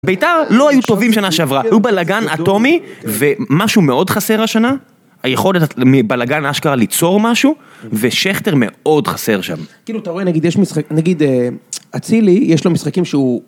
בית"ר לא היו טובים שנה שעברה, היה בלאגן אטומי ומשהו מאוד חסר השנה היכולת בלאגן אשכרה ליצור משהו ושכטר מאוד חסר שם כאילו אתה רואה נגיד יש משחק, נגיד אצילי יש לו משחקים שהוא